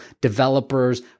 developers